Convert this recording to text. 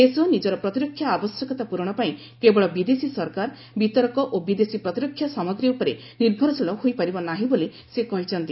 ଦେଶ ନିଜର ପ୍ରତିରକ୍ଷା ଆବଶ୍ୟକତା ପୂରଣ ପାଇଁ କେବଳ ବିଦେଶୀ ସରକାର ବିତରକ ଓ ବିଦେଶୀ ପ୍ରତିରକ୍ଷା ସାମଗ୍ରୀ ଉପରେ ଉପରେ ନିର୍ଭରଶୀଳ ହୋଇପାରିବ ନାହିଁ ବୋଲି ସେ କହିଛନ୍ତି